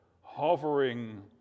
hovering